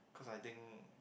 because I think